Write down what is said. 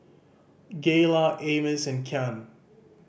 Gayla Amos and Kyan